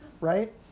right